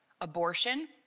abortion